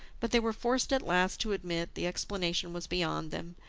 but they were forced at last to admit the explanation was beyond them,